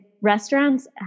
Restaurants